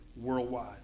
worldwide